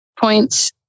points